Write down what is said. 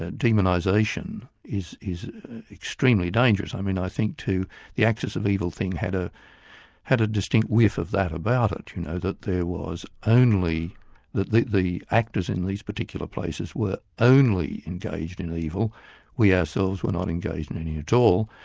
ah demonisation is is extremely dangerous. i mean i think too the axis of evil thing had ah had a distinct whiff of that about it, you know, that there was only the the actors in these particular places were only engaged in ah evil we ourselves were not engaged in any at all,